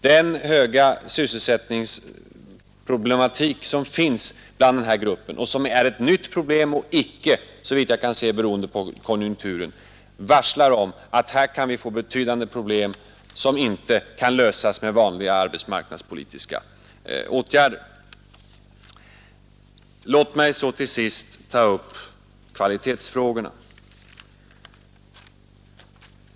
Den stora sysselsättningsproblematik som finns inom denna grupp och som är ett nytt problem och icke, såvitt jag kan se, beroende på konjunkturen varslar om att vi kan få betydande problem som inte kan lösas med vanliga arbetsmarknadspolitiska åtgärder. Låt mig till sist ta upp kvalitetsfrågorna.